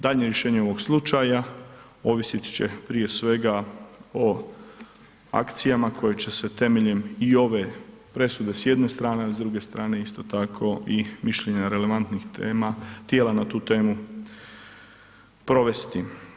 Daljnje rješenje ovog slučaja ovisit će prije svega o akcijama koje će se temeljem i ove presude s jedne strane, a s druge strane isto tako i mišljenja relevantnih tijela na tu temu provesti.